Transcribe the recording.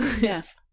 Yes